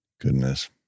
Goodness